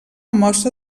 mostra